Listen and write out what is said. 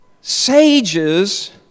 sages